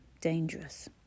dangerous